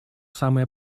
самые